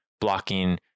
blocking